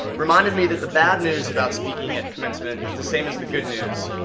reminded me that the bad news about speaking at commencement is the same as the good news,